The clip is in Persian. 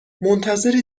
منتظر